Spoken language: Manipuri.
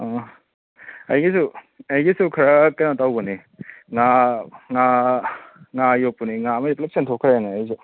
ꯑꯥ ꯑꯩꯒꯤꯁꯨ ꯑꯩꯒꯤꯁꯨ ꯈꯔ ꯀꯩꯅꯣ ꯇꯧꯕꯅꯦ ꯉꯥ ꯉꯥ ꯉꯥ ꯌꯣꯛꯄꯅꯦ ꯉꯥ ꯃꯩꯁꯨ ꯄꯨꯂꯞ ꯆꯦꯟꯊꯣꯛꯈ꯭ꯔꯦꯅꯦ ꯑꯩꯁꯨ